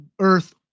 Earth